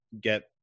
get